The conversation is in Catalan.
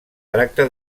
tracta